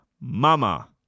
Mama